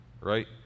right